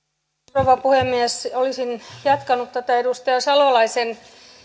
rouva puhemies olisin jatkanut tätä edustaja salolaisen